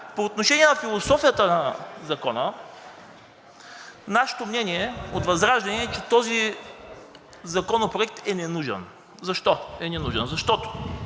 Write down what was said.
По отношение на философията на Закона нашето мнение от ВЪЗРАЖДАНЕ е, че този законопроект е ненужен. Защо е ненужен? Защото